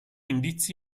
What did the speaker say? indizi